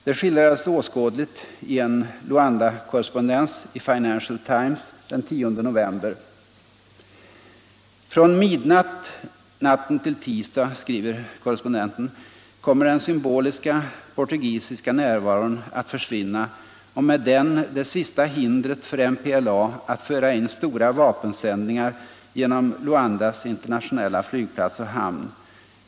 Det skildrades åskådligt i en Luandakorrespondens i Financial Times den 10 november: ”Från midnatt natten till tisdag”, skriver korrespondenten, ”kommer den symboliska portugisiska närvaron att försvinna och med den det sista hindret för MPLA att föra in stora vapensändningar genom Luandas internationella flygplats och hamn.